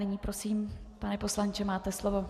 Nyní prosím, pane poslanče, máte slovo.